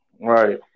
Right